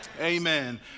Amen